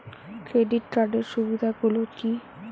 Credit কার্ডের সুবিধা গুলো কি?